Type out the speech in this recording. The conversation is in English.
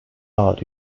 out